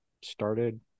started